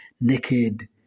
naked